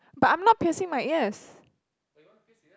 but I'm not piercing my ears